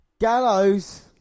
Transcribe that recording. Gallows